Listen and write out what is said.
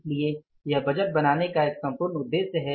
इसलिए यह बजट बनाने का एक संपूर्ण उद्देश्य है